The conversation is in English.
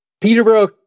Peterborough